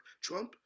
Trump